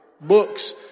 books